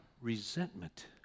Resentment